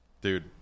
Dude